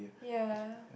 yeah